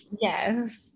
yes